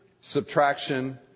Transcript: subtraction